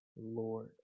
Lord